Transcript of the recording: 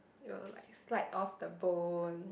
it'll like slide off the bone